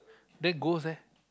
then ghost eh